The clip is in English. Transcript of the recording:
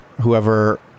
whoever